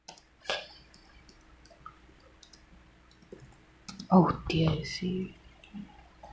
oh dear you see